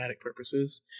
purposes